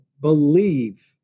believe